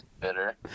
bitter